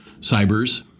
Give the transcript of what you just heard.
cybers